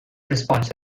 response